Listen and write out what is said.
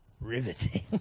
Riveting